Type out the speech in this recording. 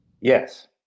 yes